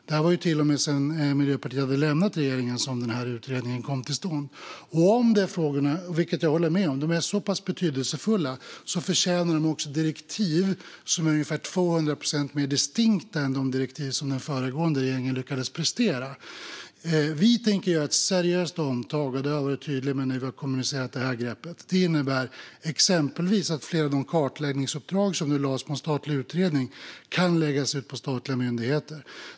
Det var till och med sedan Miljöpartiet hade lämnat regeringen som utredningen kom till stånd. Jag håller med om att frågorna är så pass betydelsefulla att de förtjänar direktiv som är ungefär 200 procent mer distinkta än de direktiv som den föregående regeringen lyckades prestera. Vi tänker göra ett seriöst omtag. Det har jag varit tydlig med när vi har kommunicerat det här greppet. Det innebär exempelvis att flera av de kartläggningsuppdrag som lades på en statlig utredning kan läggas ut på statliga myndigheter.